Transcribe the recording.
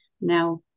Now